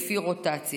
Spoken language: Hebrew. לפי רוטציה.